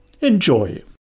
Enjoy